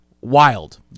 wild